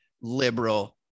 liberal